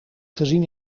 gezien